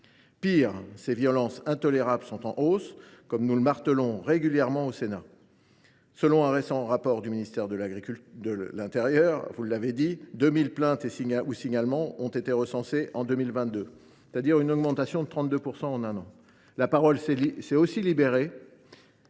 Pis, ces violences intolérables sont en hausse, comme nous le martelons régulièrement au Sénat. Selon un récent rapport du ministère de l’intérieur, plus de 2 000 plaintes ou signalements ont été recensés en 2022, soit une augmentation de 32 % en un an. La parole s’est aussi libérée.